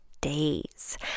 days